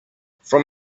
from